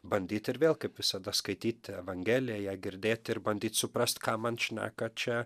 bandyt ir vėl kaip visada skaityti evangeliją ją girdėti ir bandyt suprast ką man šneka čia